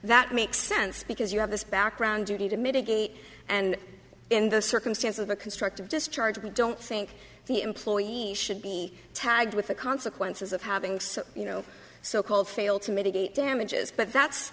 that makes sense because you have this background duty to mitigate and in the circumstance of a constructive discharge we don't think the employee should be tagged with the consequences of having so you know so called fail to mitigate damages but that's